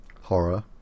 horror